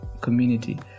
community